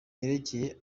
hegereye